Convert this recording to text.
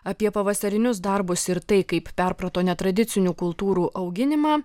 apie pavasarinius darbus ir tai kaip perprato netradicinių kultūrų auginimą